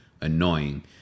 annoying